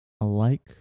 alike